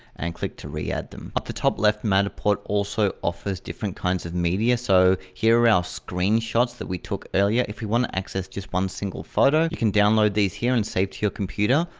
and click to re add them. at the top left, matterport also offers different kinds of media, so here are screenshots that we took earlier. if you wanna access just one single photo, you can download these here and save to your computer.